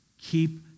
Keep